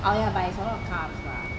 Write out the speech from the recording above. ah ya but there's a lot of carbs lah